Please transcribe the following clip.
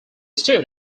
stood